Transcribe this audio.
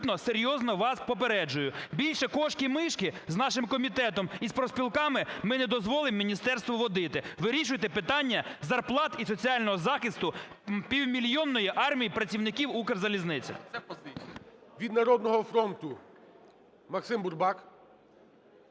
Від "Народного фронту" Максим Бурбак.